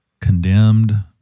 condemned